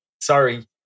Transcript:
sorry